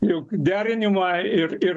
juk derinimą ir ir